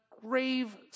Grave